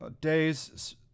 days